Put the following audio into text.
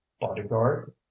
bodyguard